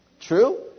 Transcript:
True